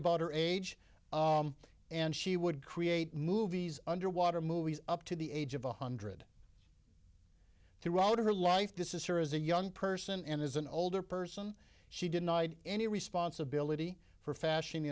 about her age and she would create movies underwater movies up to the age of one hundred throughout her life this is her as a young person and as an older person she denied any responsibility for fashion